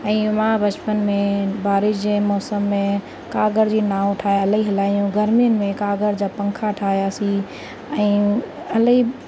ऐं मां बचपन में बारिश जे मौसम में कागर जी नाव ठाहे इलाही हलायूं गर्मियुनि में कागर जा पंखा ठाहियासीं ऐं इलाही